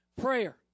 prayer